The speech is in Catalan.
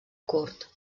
curt